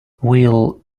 will